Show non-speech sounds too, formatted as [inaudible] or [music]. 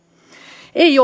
ei [unintelligible]